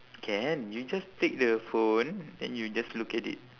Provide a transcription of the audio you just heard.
can you just take the phone then you just look at it